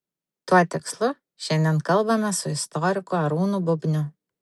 tuo tikslu šiandien kalbamės su istoriku arūnu bubniu